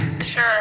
Sure